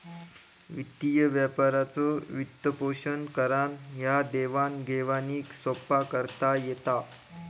वित्तीय व्यापाराचो वित्तपोषण करान ह्या देवाण घेवाणीक सोप्पा करता येता